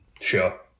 Sure